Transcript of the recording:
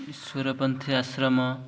ସୁରପନ୍ଥୀ ଆଶ୍ରମ